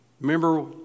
Remember